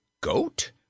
goat